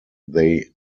they